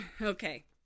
okay